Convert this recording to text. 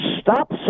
Stop